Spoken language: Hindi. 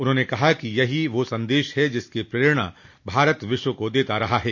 उन्होंने कहा कि यही वह संदेश है जिसकी प्रेरणा भारत विश्व को देता रहा है